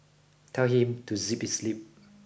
tell him to zip his lip